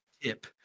tip